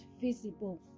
visible